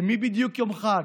למי בדיוק זה יום חג?